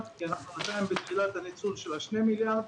כי אנחנו בתחילת הניצול של שני מיליארד.